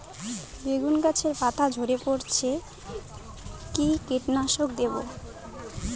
বেগুন গাছের পস্তা ঝরে পড়ছে কি কীটনাশক দেব?